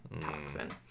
toxin